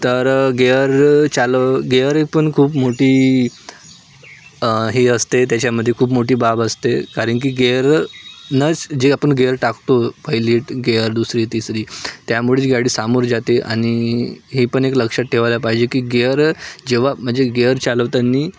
तर गेअर चालव गेअर पण खूप मोठी हे असते त्याच्यामध्ये खूप मोठी बाब असते कारण की गेअरनच जे आपण गेअर टाकतो पहिले गेअर दुसरी तिसरी त्यामुळेच गाडी सामोर जाते आणि हे पण एक लक्षात ठेवायला पाहिजे की गेअर जेव्हा म्हणजे गेअर चालवताना